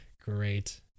great